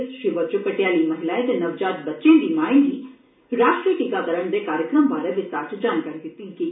इस शिविर च पटेयाली महिलाएं ते नवजात बच्चें दी माएं गी राश्ट्रीय टीकाकरण दे कार्यक्रम बारे विस्तार च जानकारी दित्ती गेई